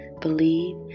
believe